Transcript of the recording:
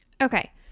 Okay